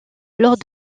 lors